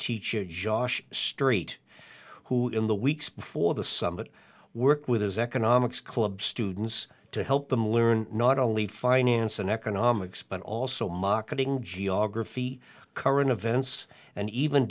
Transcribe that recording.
teacher josh street who in the weeks before the summit worked with his economics club students to help them learn not only finance and economics but also marketing geography current events and even